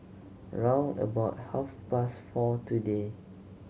round about half past four today